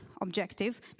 objective